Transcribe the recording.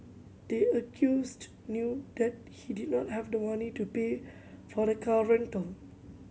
the accused knew that he did not have the money to pay for the car rental